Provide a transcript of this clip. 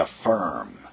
affirm